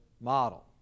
model